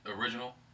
original